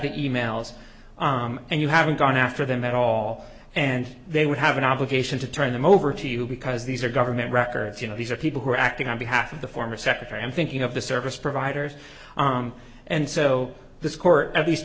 the e mails and you haven't gone after them at all and they would have an obligation to turn them over to you because these are government records you know these are people who are acting on behalf of the former secretary and thinking of the service providers and so this court at least